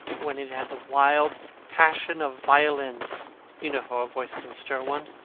when it had the wild passion of violins you know how a voice can stir one.